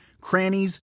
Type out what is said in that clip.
crannies